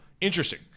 interesting